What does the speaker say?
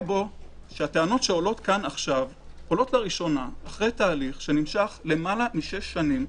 שהטענות שעולות בו עולות לראשונה אחרי תהליך שנמשך למעלה משש שנים.